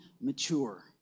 mature